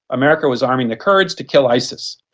america was arming the kurds to kill isis.